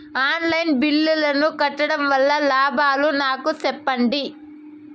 On line బిల్లుల ను కట్టడం వల్ల లాభాలు నాకు సెప్పండి?